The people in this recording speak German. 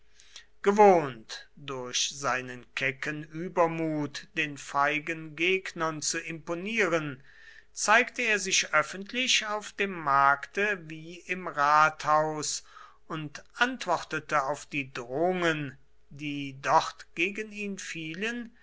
gewohnt durch seinen kecken übermut den feigen gegnern zu imponieren zeigte er sich öffentlich auf dem markte wie im rathaus und antwortete auf die drohungen die dort gegen ihn fielen